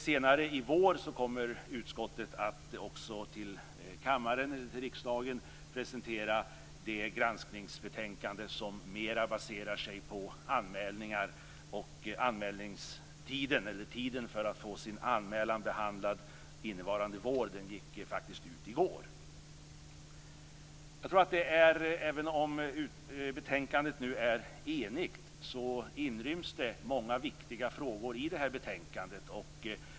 Senare i vår kommer utskottet att för riksdagen också presentera det granskningsbetänkande som mer baserar sig på anmälningar. Tiden för att få sin anmälan behandlad innevarande vår gick faktiskt ut i går. Även om betänkandet är enigt ryms många viktiga frågor i det.